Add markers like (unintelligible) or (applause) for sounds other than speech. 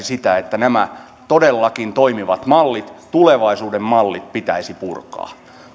(unintelligible) sitä että nämä todellakin toimivat mallit tulevaisuuden mallit pitäisi purkaa